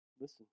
Listen